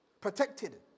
protected